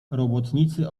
robotnicy